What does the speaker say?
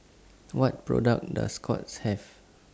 What products Does Scott's Have